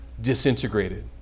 disintegrated